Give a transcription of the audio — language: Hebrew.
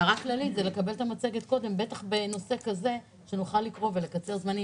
הערה כללית: נשמח לקבל את המצגת קודם כדי שנוכל לקרוא לפני ולקצר זמנים,